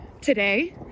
Today